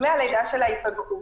דמי הלידה שלה ייפגעו.